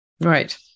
Right